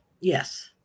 Yes